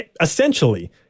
essentially